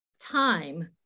time